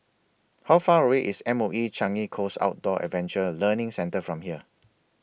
How Far away IS M O E Changi Coast Outdoor Adventure Learning Centre from here